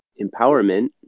empowerment